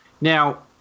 Now